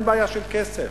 אין בעיה של כסף,